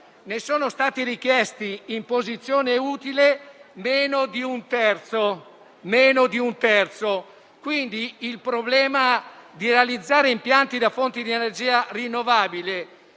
ne è stato richiesto in posizione utile meno di un terzo. Il problema di realizzare impianti da fonti di energia rinnovabile